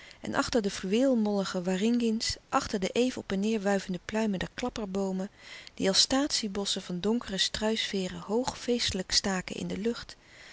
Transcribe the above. en achter de fluweelmollige waringins achter de even op en neêr wuivende pluimen der klapperboomen die als statiebossen van donkere struisveêren hoog feestelijk staken in de lucht